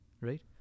right